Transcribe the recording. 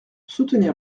soutenir